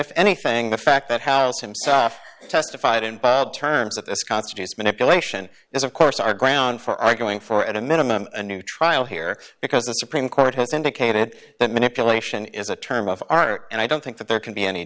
if anything the fact that house himself testified in terms of this constitutes manipulation is of course are grounds for arguing for at a minimum a new trial here because the supreme court has indicated that manipulation is a term of art and i don't think that there can be any